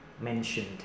mentioned